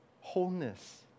wholeness